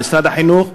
על משרד החינוך,